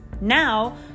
Now